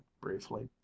briefly